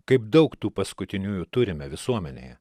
kaip daug tų paskutiniųjų turime visuomenėje